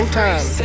time